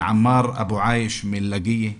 עמאר אבו עיאש מלקיה,